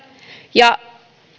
ja